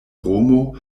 romo